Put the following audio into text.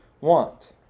want